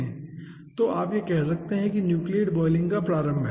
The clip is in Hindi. तो यह आप कह सकते हैं कि यह न्यूक्लियेट बॉयलिंग का प्रारम्भ है